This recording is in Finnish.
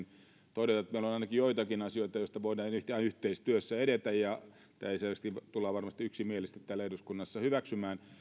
todeta että meillä on ainakin joitakin asioita joissa voidaan ihan yhteistyössä edetä tämä esitys tullaan varmasti yksimielisesti täällä eduskunnassa hyväksymään